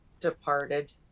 departed